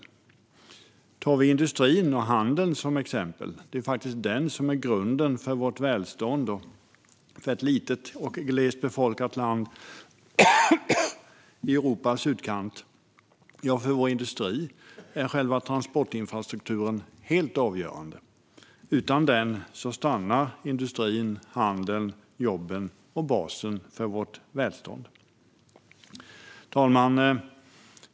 Låt oss ta industrin och handeln som exempel. Det är de som är grunden för vårt välstånd i ett litet och glest befolkat land i Europas utkant. För industrin är själva transportinfrastrukturen helt avgörande. Utan den stannar industrin, handeln, jobben och basen för vårt välstånd. Fru talman!